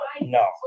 no